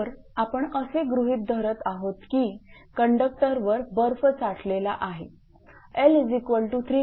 तर आपण असे गृहीत धरत आहोत की कंडक्टरवर बर्फ साठवलेला आहे L300 mW1